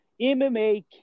mma